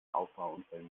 auffahrunfällen